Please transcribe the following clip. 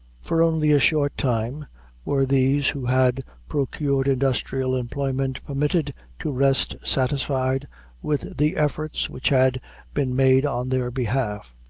for only a short time were these who had procured industrial employment permitted to rest satisfied with the efforts which had been made on their behalf.